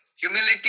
humility